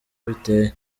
biteye